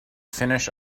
finish